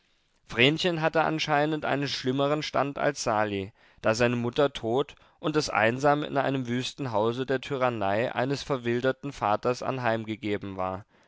vrenchen hatte anscheinend einen schlimmeren stand als sali da seine mutter tot und es einsam in einem wüsten hause der tyrannei eines verwilderten vaters anheimgegeben war